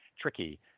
tricky